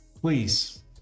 Please